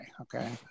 Okay